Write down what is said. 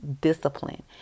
discipline